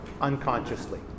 unconsciously